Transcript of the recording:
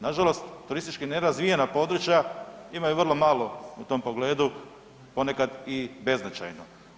Nažalost, turistički nerazvijena područja imaju vrlo malo u tom pogledu, ponekad i beznačajno.